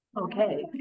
okay